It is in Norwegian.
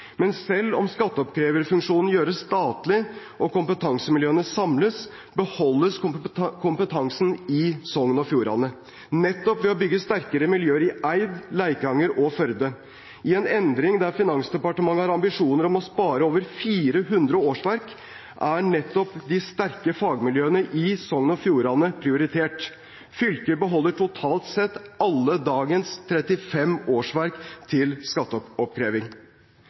Men selv om skatteoppkreverfunksjonen gjøres statlig, og kompetansemiljøene samles, beholdes kompetansen i Sogn og Fjordane – nettopp ved å bygge sterkere miljøer i Eid, Leikanger og Førde. I en endring der Finansdepartementet har ambisjoner om å spare over 400 årsverk, er nettopp de sterke fagmiljøene i Sogn og Fjordane prioritert. Fylket beholder totalt sett alle dagens 35 årsverk til skatteoppkreving.